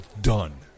done